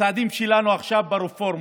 הצעדים שלנו עכשיו ברפורמות,